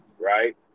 right